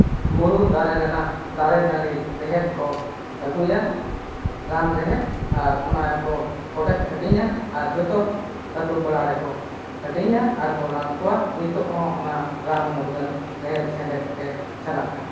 ᱵᱩᱨᱩ ᱫᱟᱨᱮ ᱨᱮᱱᱟᱜ ᱫᱟᱨᱮ ᱱᱟᱹᱲᱤ ᱨᱮᱦᱮᱫ ᱠᱚ ᱟᱹᱜᱩᱭᱟ ᱨᱟᱱ ᱨᱮᱦᱮᱫ ᱟᱨ ᱚᱱᱟ ᱜᱮᱠᱚ ᱠᱚᱴᱮᱡ ᱦᱟᱹᱴᱤᱧᱟ ᱟᱨ ᱡᱚᱛᱚ ᱟᱹᱛᱩ ᱯᱟᱲᱟ ᱨᱮᱠᱚ ᱦᱟᱹᱴᱤᱧᱟ ᱟᱨᱠᱚ ᱨᱟᱱ ᱠᱚᱣᱟ ᱱᱤᱛᱚᱜ ᱦᱚᱸ ᱚᱱᱟ ᱨᱟᱱ ᱢᱩᱨᱜᱟᱹᱱ ᱨᱮᱦᱮᱫ ᱥᱮᱱᱫᱮᱫ ᱜᱮ ᱪᱟᱞᱟᱜ ᱠᱟᱱᱟ